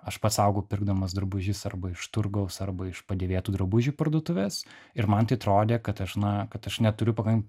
aš pats augau pirkdamas drabužius arba iš turgaus arba iš padėvėtų drabužių parduotuvės ir man tai atrodė kad aš na kad aš neturiu pakank